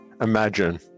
Imagine